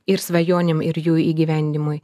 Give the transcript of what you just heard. ir svajonėm ir jų įgyvendinimui